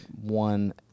one